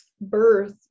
birth